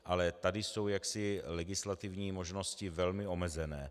Ale tady jsou jaksi legislativní možnosti velmi omezené.